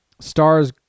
stars